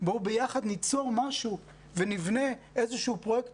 בואו ביחד ניצור משהו ונבנה איזשהו פרויקט